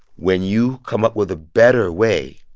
when you come up with a better way,